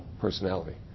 personality